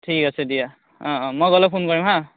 ঠিক আছে দিয়া অঁ অঁ মই গ'লে ফোন কৰিম হা